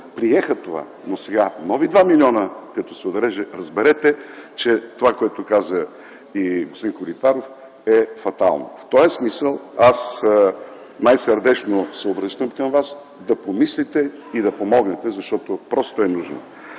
приеха това. Но сега, като се отрежат нови 2 милиона, разберете, че това, което каза и господин Коритаров, е фатално. В този смисъл аз най-сърдечно се обръщам към Вас да помислите и да помогнете, защото просто е нужно.